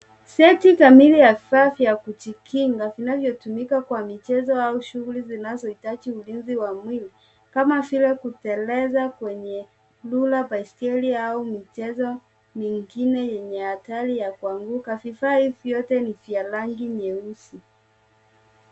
Seti kamili va vifaa vya kujikinga vinavyo tumika kwa michezo au shughuli zinazo hitaji ulinzi wa mwili. Kama vile kuteleza kwenye baiskeli au michezo mingine ya hatari ya kuanguka. Vifaa hivi vyote ni vya rangi nyeusi.